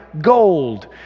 gold